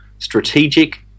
Strategic